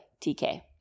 TK